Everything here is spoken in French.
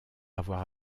avoir